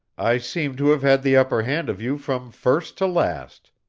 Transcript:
i seem to have had the upper hand of you from first to last.